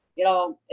you know,